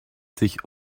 sich